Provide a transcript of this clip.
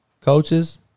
Coaches